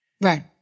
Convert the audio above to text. Right